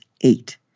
eight